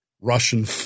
Russian